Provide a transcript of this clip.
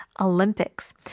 Olympics